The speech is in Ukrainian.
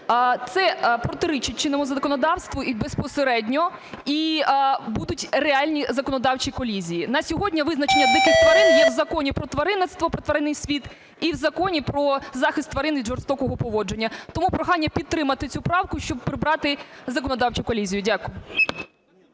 Це протирічить чинному законодавству безпосередньо і будуть реальні законодавчі колізії. На сьогодні визначення диких тварин є в Законі про тваринництво ("Про тваринний світ") і в Законі "Про захист тварин від жорстокого поводження". Тому прохання підтримати цю правку, щоб прибрати законодавчу колізію. Дякую.